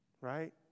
Right